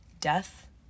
death